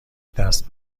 دست